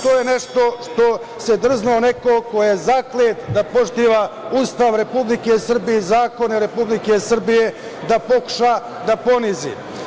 To je nešto što se drznuo neko ko je zaklet da poštuje Ustav Republike Srbije i zakone Republike Srbije, da pokuša da ponizi.